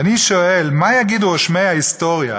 ואני שואל: מה יגידו רושמי ההיסטוריה